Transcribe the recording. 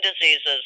diseases